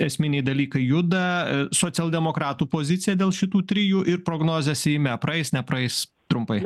esminiai dalykai juda socialdemokratų pozicija dėl šitų trijų ir prognozės seime praeis nepraeis trumpai